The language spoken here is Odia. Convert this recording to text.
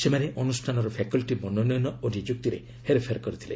ସେମାନେ ଅନୁଷ୍ଠାନର ଫାକଲ୍ଟି ମନୋନୟନ ଓ ନିଯୁକ୍ତିରେ ହେର୍ଫେର୍ କରିଥିଲେ